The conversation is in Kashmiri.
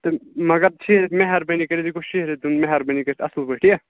تہٕ مگر ٹھیٖک مہربٲنی کٔرِتھ یہِ گوٚژھ شِہرِتھ دیُن مہربٲنی کٔرِتھ اَصٕل پٲٹھۍ یہِ